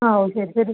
ആ ഓ ശരി ശരി